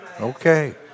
Okay